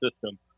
system